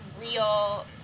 real